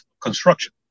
construction